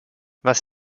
was